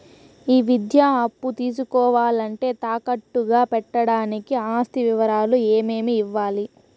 ఈ విద్యా అప్పు తీసుకోవాలంటే తాకట్టు గా పెట్టడానికి ఆస్తి వివరాలు ఏమేమి ఇవ్వాలి?